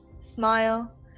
smile